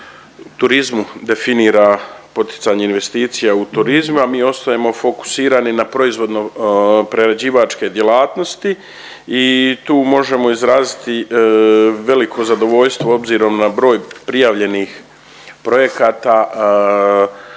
turizmu definira poticanje investicija u turizmu, a mi ostajemo fokusirani na proizvodno prerađivačke djelatnosti i tu možemo izraziti veliko zadovoljstvo obzirom na broj prijavljeni projekata